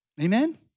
Amen